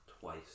twice